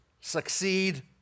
succeed